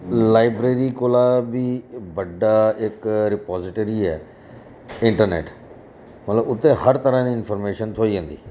library कोला बी बड्डा इक पाजिटिव रिपाजटरी ऐ इंटरनैट मतलब उत्थै हर तरह दी इंफरमेशन थ्होई जंदी